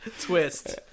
Twist